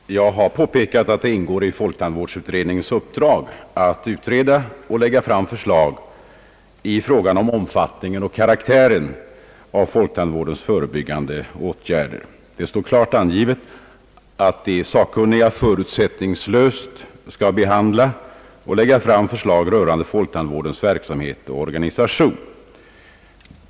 Herr talman! Jag har påpekat att det ingår i folktandvårdsutredningens uppdrag att framlägga förslag beträffande omfattningen och karaktären av folktandvårdens förebyggande «åtgärder. Det står klart angivet, att de sakkunniga förutsättningslöst skall behandla och lägga fram förslag rörande folktandvårdens verksamhet och organisation.